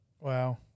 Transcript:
Wow